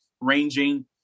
ranging